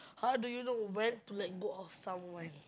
how do you know when to let go of someone